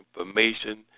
information